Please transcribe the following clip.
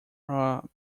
are